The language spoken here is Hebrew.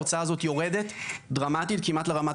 ההוצאה הזאת יורדת דרמטית כמעט לרמת